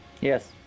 Yes